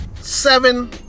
Seven